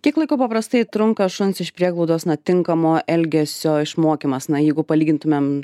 kiek laiko paprastai trunka šuns iš prieglaudos na tinkamo elgesio išmokymas na jeigu palygintumėm